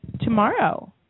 tomorrow